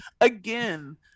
again